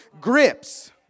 grips